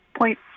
point